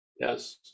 Yes